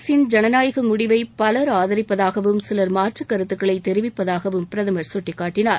அரசின் ஜனநாயக முடிவை பலர் ஆதரிப்பதாகவும் சிலர் மாற்றுக் கருத்துக்களை தெரிவிப்பதாகவும் பிரதமர் சுட்டிக்காட்டினார்